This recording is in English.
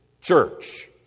church